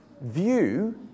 view